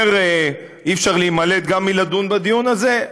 אי-אפשר להימלט גם מלדון בדיון הזה,